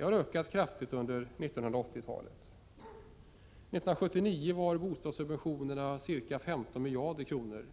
har ökat kraftigt under 1980-talet. 1979 var bostadssubventionerna ca 15 miljarder kronor.